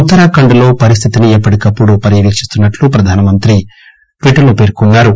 ఉత్తరాఖండ్ లో పరిస్దితిని ఎప్పటికప్పుడు పర్యవేకిస్తున్నట్లు ప్రధానమంత్రి ట్వీట్ లో పేర్కొన్నారు